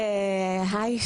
היי,